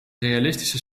realistische